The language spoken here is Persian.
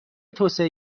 توسعه